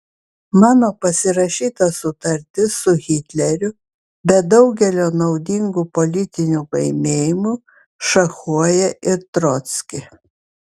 mano pasirašyta sutartis su hitleriu be daugelio naudingų politinių laimėjimų šachuoja ir trockį